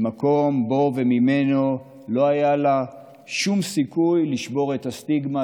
במקום שבו וממנו לא היה לה שום סיכוי לשבור את הסטיגמה,